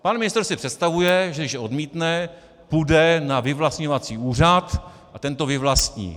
Pan ministr si představuje, že když odmítne, půjde na vyvlastňovací úřad a ten to vyvlastní.